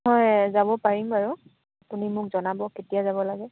হয় যাব পাৰিম বাৰু আপুনি মোক জনাব কেতিয়া যাব লাগে